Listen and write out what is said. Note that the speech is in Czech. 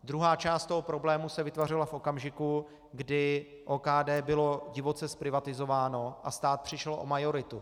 Druhá část problému se vytvořila v okamžiku, kdy OKD bylo divoce zprivatizováno a stát přišel o majoritu.